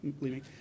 leaving